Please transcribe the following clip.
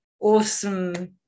awesome